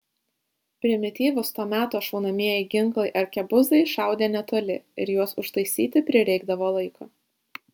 primityvūs to meto šaunamieji ginklai arkebuzai šaudė netoli ir juos užtaisyti prireikdavo laiko